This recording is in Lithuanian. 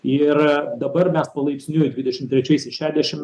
ir dabar mes palaipsniui dvidešim trečiais šešiasdešim